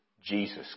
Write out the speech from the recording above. Jesus